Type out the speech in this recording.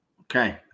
Okay